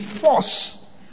force